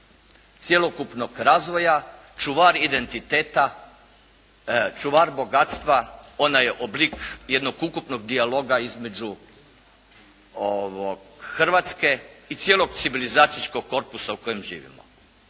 cjelokupnog razvoja. Čuvar identiteta, čuvar bogatstva. Ona je oblik jednog ukupnog dijaloga između Hrvatske i cijelog civilizacijskog korpusa u kojem živimo.